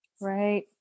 Right